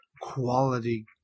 quality